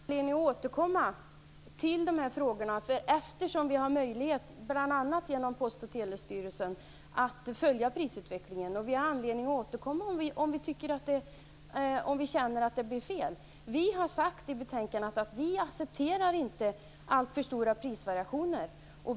Herr talman! Vi har anledning att återkomma till de här frågorna eftersom vi bl.a. genom Post och telestyrelsen har möjlighet att följa prisutvecklingen. Om man känner att något blir fel kan man alltså återkomma. I betänkandet säger vi socialdemokrater att vi inte accepterar alltför stora prisvariationer.